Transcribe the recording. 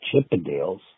Chippendales